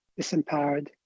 disempowered